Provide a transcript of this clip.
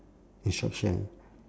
instruction